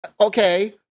okay